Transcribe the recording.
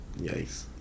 Yikes